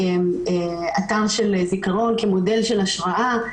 אתר של זיכרון כמודל של השראה,